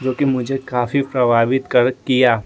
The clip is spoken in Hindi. जो कि मुझे काफी प्रभावित कर किया